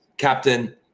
captain